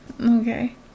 Okay